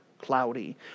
cloudy